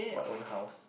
my own house